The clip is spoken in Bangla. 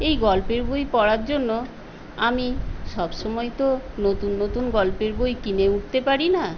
এই গল্পের বই পড়ার জন্য আমি সবসময় তো নতুন নতুন গল্পের বই কিনে উঠতে পারি না